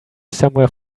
somewhere